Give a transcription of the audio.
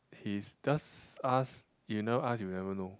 his does ask you never ask you never know